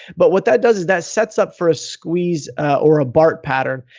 but what that does, that sets up for a squeeze or a bart pattern.